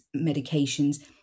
medications